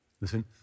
Listen